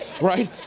Right